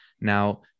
Now